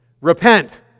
Repent